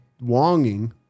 Wonging